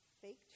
fake